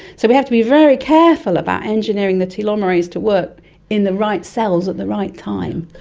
so we have to be very careful about engineering the telomerase to work in the right cells at the right time.